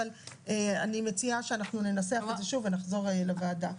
אבל אני מציעה שאנחנו ננסח את זה שוב ונחזור לוועדה,